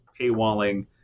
paywalling